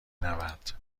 نود